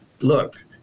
look